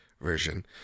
version